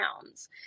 pounds